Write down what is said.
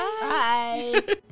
bye